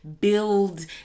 build